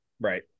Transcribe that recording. Right